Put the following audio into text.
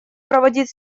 проводить